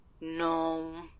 No